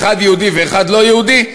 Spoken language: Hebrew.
אחד יהודי ואחד לא יהודי,